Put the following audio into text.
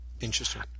Interesting